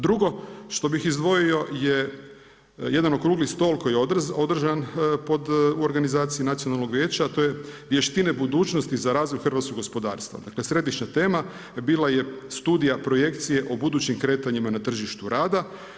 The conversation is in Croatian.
Drugo što bih izdvojio je jedan okrugli stol koji je održan u organizaciji Nacionalnog vijeća, a to je Vještine budućnosti za razvoj hrvatskog gospodarstva, dakle središnja tema bila je studija projekcije o budućem kretanjima na tržištu rada.